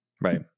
Right